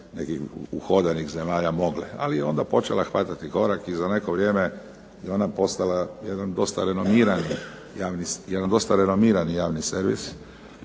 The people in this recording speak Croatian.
nekih uhodanih zemalja mogle, ali je onda počela hvatati korak i za neko vrijeme je ona postala jedan dosta renomirani javni servis